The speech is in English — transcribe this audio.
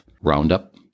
Roundup